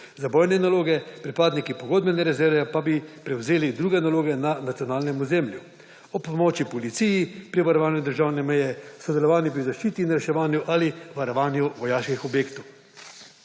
za bojne naloge, pripadniki pogodbene rezerve pa bi prevzeli druge naloge na nacionalnem ozemlju, ob pomoči policije, pri varovanju državne meje, sodelovali bi v zaščiti in reševanju ali varovanju vojaških objektov.